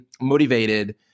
motivated